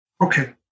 okay